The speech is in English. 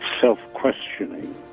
self-questioning